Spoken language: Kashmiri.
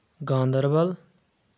گاندَربَل